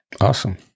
Awesome